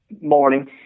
Morning